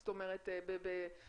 זאת אומרת בעידוד,